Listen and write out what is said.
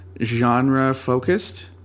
genre-focused